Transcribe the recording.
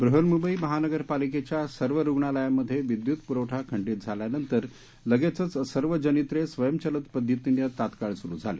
बृहन्मुंबई महानगरपालिकेच्या सर्व रुग्णालयांमध्ये विद्युत पुरवठा खंडित झाल्यानंतर लगेचच सर्व जनित्रे स्वयंचलित पद्धतीने तात्काळ सुरू झाली